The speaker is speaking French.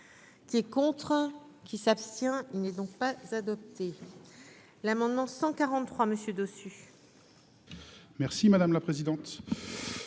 qui est contre qui s'abstient, il n'est donc pas adopté l'amendement 143 messieurs dessus. Merci madame la présidente,